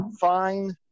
fine